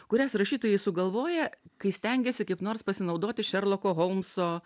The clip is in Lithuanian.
kurias rašytojai sugalvoja kai stengiasi kaip nors pasinaudoti šerloko holmso